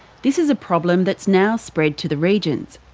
this is a problem that's now spread to the regions.